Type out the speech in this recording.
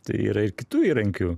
tai yra ir kitų įrankių